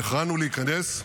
והכרענו להיכנס,